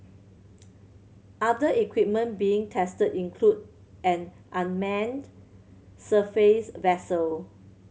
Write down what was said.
other equipment being tested include an unmanned surface vessel